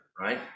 right